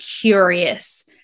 curious